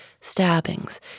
stabbings